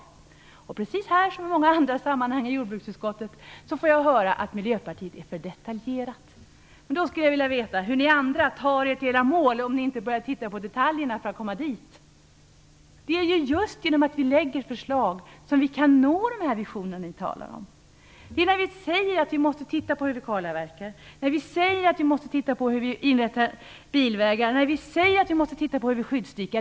Som i så många andra sammanhang när det gäller jordbruksutskottet får jag nu höra att Miljöpartiets förslag är alltför detaljerat. Då skulle jag vilja veta hur ni andra skall ta er till era mål om ni inte börjar titta på detaljerna för att komma dit. Det är ju just genom att lägga förslag som vi kan nå de visioner som ni talar om. Vi säger att vi måste titta på hur man kalavverkar, på hur man inrättar bilvägar och på hur man skyddsdikar.